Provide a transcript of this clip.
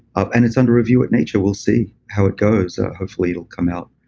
and it's under review at nature. we'll see how it goes hopefully, it will come out